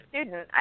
student